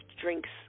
drinks